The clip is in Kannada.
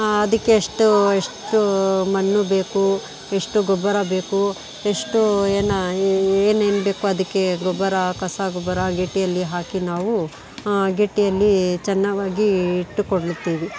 ಅದಕ್ಕೆ ಎಷ್ಟು ಎಷ್ಟು ಮಣ್ಣು ಬೇಕು ಎಷ್ಟು ಗೊಬ್ಬರ ಬೇಕು ಎಷ್ಟು ಏನು ಏನೇನು ಬೇಕು ಅದಕ್ಕೆ ಗೊಬ್ಬರ ಕಸ ಗೊಬ್ಬರ ಅಗೇಡಿಯಲ್ಲಿ ಹಾಕಿ ನಾವು ಅಗೇಡಿಯಲ್ಲಿ ಚೆನ್ನಾಗಿ ಇಟ್ಟುಕೊಳ್ಳುತ್ತೇವೆ